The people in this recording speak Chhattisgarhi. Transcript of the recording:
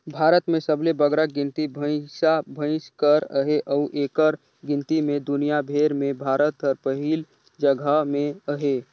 भारत में सबले बगरा गिनती भंइसा भंइस कर अहे अउ एकर गिनती में दुनियां भेर में भारत हर पहिल जगहा में अहे